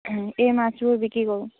এই মাছবোৰ বিক্ৰী কৰোঁ